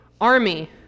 army